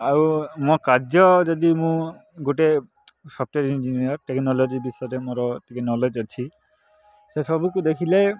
ଆଉ ମୋ କାର୍ଯ୍ୟ ଯଦି ମୁଁ ଗୋଟେ ସଫ୍ଟୱାର୍ ଇଞ୍ଜିନିୟର୍ ଟେକ୍ନୋଲୋଜି ବିଷୟରେ ମୋର ଟିକେ ନଲେଜ୍ ଅଛି ସେ ସବୁକୁ ଦେଖିଲେ